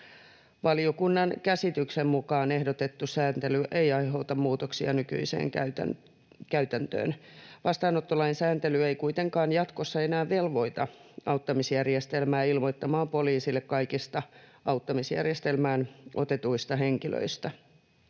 Valiokunnan käsityksen mukaan ehdotettu sääntely ei aiheuta muutoksia nykyiseen käytäntöön. Vastaanottolain sääntely ei kuitenkaan jatkossa enää velvoita auttamisjärjestelmää ilmoittamaan poliisille kaikista auttamisjärjestelmään otetuista henkilöistä.